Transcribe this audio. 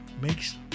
makes